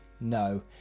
No